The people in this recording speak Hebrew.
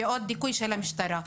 לראות מה נעשה במשטרת ישראל,